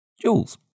Jules